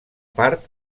part